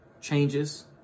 changes